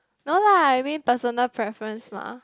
no lah I mean personal preference mah